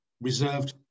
reserved